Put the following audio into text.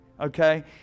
okay